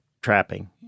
trapping